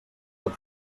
pot